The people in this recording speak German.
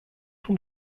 von